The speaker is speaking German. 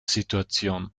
situation